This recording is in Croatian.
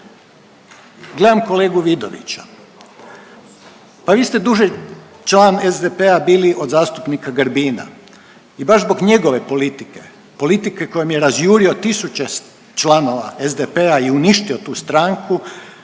Gledam kolegu Vidović, pa vi ste duže član SDP-a bili od zastupnika Grbina i baš zbog njegove politike, politike kojom je razjurio tisuće članova SDP-a i uništio tu stranku